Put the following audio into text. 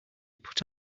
put